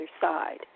side